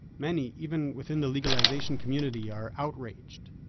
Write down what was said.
many, even within the legalization community, are outraged,